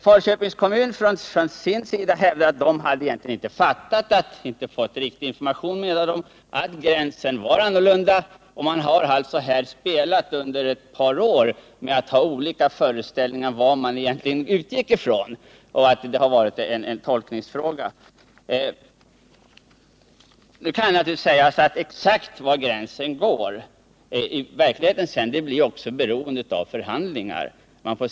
Falköpings kommun å sin sida hävdar att kommunen inte fått riktig information om att gränsen blivit annorlunda, och man har alltså här under ett par år haft olika föreställningar om vad man egentligen utgick från. Det har varit en tolkningsfråga. Naturligtvis kan det sägas att exakt var gränsen skall gå blir i verkligheten beroende av förhandlingar.